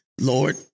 Lord